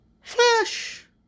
Flash